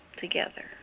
together